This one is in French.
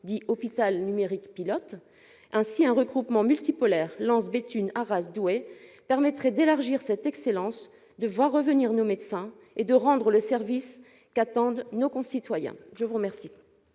dit « hôpital numérique pilote ». Ainsi, un regroupement multipolaire Lens-Béthune-Arras-Douai permettrait d'élargir cette excellence, de voir revenir nos médecins et d'assurer le service qu'attendent nos concitoyens ! La parole